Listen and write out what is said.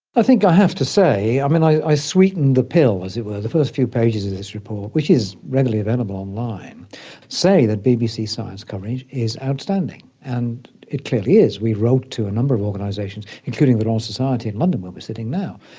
i think i have to say. i mean, i sweeten the pill, as it were, the first few pages of this report, which is readily available online, to say that bbc science coverage is outstanding, and it clearly is. we wrote to a number of organisations, including the royal society in london where we are sitting now,